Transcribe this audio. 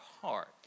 heart